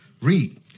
Read